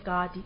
God